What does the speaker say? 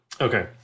Okay